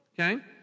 Okay